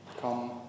Come